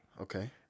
Okay